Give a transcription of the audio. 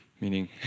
meaning